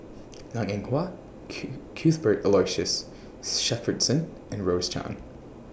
Liang Eng Hwa Q Cuthbert Aloysius Shepherdson and Rose Chan